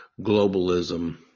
globalism